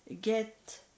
get